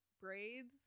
Braids